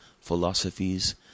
philosophies